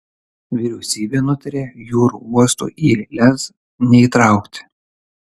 vyriausybė nutarė jūrų uosto į lez neįtraukti